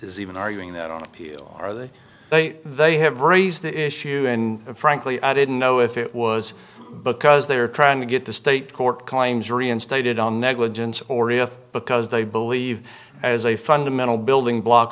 is even arguing that on appeal are they they they have raised the issue and frankly i didn't know if it was because they are trying to get the state court claims reinstated on negligence or here because they believe as a fundamental building block